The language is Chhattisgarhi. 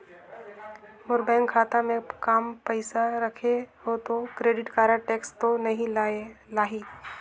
मोर बैंक खाता मे काम पइसा रखे हो तो क्रेडिट कारड टेक्स तो नइ लाही???